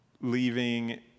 leaving